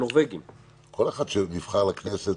כל אחד שנבחר לכנסת,